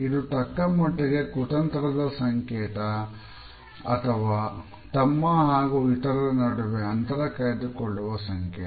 ಇದು ತಕ್ಕಮಟ್ಟಿಗೆ ಕುತಂತ್ರದ ಸಂಕೇತ ಅಥವಾ ತಮ್ಮ ಹಾಗೂ ಇತರರ ನಡುವೆ ಅಂತರ ಕಾಯ್ದುಕೊಳ್ಳುವ ಸಂಕೇತ